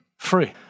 free